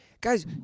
guys